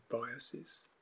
biases